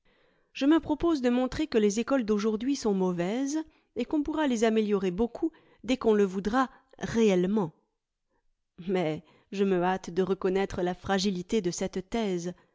je me propose de montrer que les écoles d'aujourd'hui sont mauvaises et qu'on pourra les améliorer beaucoup dès qu'on le voudra réellement mais je me hâte de reconnaître la fragilité de cette thèse